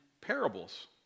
parables